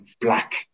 black